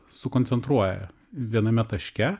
sukoncentruoja viename taške